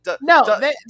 no